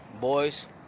Boys